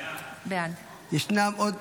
בעד ישנם עוד?